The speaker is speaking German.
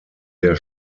der